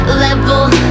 level